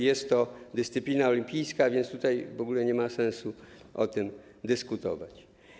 Jest to dyscyplina olimpijska, więc w ogóle nie ma sensu o tym dyskutować.